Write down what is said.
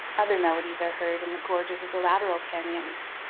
other melodies are heard in the gorges of the lateral canyons,